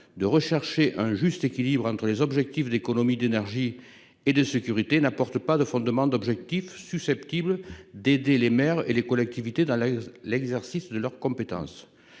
de rechercher un juste équilibre entre les objectifs d'économie d'énergie et de sécurité » n'apporte pas de fondements objectifs susceptibles d'aider les maires et les collectivités dans l'exercice de leurs compétences.